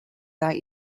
that